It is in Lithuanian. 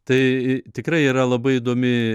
tai i tikrai yra labai įdomi